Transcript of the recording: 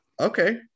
Okay